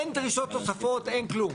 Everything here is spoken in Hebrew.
אין דרישות נוספות, אין כלום.